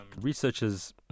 researchers